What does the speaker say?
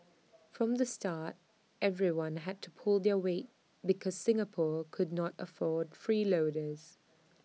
from the start everyone had to pull their weight because Singapore could not afford freeloaders